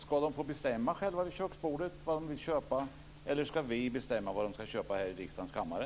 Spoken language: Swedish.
Ska de vid köksbordet själva få bestämma vad de vill köpa, eller ska vi här i riksdagens kammare bestämma vad de ska köpa?